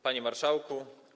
Panie Marszałku!